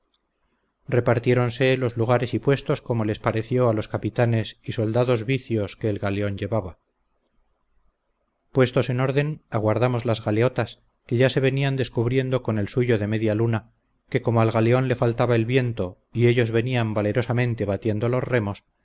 llevaron repartieronse los lugares y puestos como les pareció a los capitanes y soldados vicios que el galeón llevaba puestos en orden aguardamos las galeotas que ya se venían descubriendo con el suyo de media luna que como al galeón le faltaba el viento y ellos venían valerosamente batiendo los remos